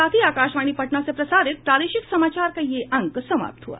इसके साथ ही आकाशवाणी पटना से प्रसारित प्रादेशिक समाचार का ये अंक समाप्त हुआ